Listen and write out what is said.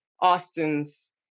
Austin's